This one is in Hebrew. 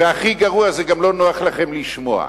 והכי גרוע, זה גם לא נוח לכם לשמוע.